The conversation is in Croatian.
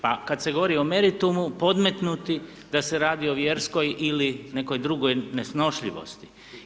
Pa kad se govori o meritumu, podmetnuti da se radi o vjerskoj ili nekoj drugoj nesnošljivosti.